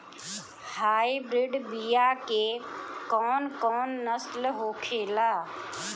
Hybrid बीया के कौन कौन नस्ल होखेला?